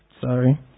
Sorry